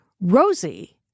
Rosie